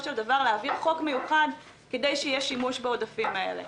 של דבר להעביר חוק מיוחד כדי שיהיה שימוש בעודפים האלה.